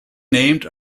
named